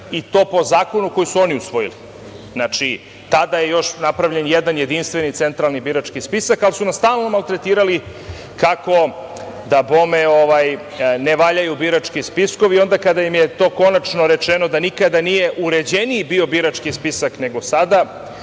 i to po zakonu koji su oni usvojili. Znači tada je još napravljen jedan jedinstveni Centralni birački spisak, ali su nas stalno maltretirali kako dabome ne valjaju birački spiskovi i onda kada im je to konačno rečeno, da nikad nije bio uređeniji birački spisak nego sada.